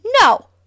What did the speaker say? no